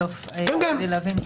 כן, כן.